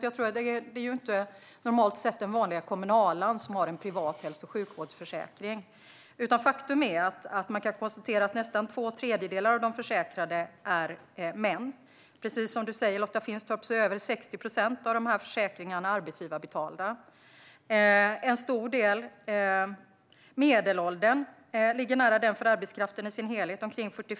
Jag tror inte att det normalt sett är den vanliga kommunalaren som har en privat hälso och sjukvårdsförsäkring. Faktum är att man kan konstatera att nästan två tredjedelar av de försäkrade är män. Precis som du säger, Lotta Finstorp, är över 60 procent av de här försäkringarna arbetsgivarbetalda. Medelåldern ligger nära den som gäller för arbetskraften i dess helhet, omkring 45 år.